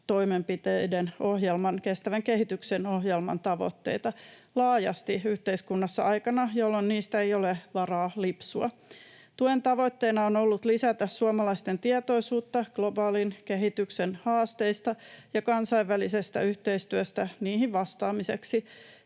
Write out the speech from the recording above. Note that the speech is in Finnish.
-kestävyystoimenpiteiden ohjelman, kestävän kehityksen ohjelman, tavoitteita laajasti yhteiskunnassa aikana, jolloin niistä ei ole varaa lipsua. Tuen tavoitteena on ollut lisätä suomalaisten tietoisuutta globaalin kehityksen haasteista ja kansainvälisestä yhteistyöstä niihin vastaamiseksi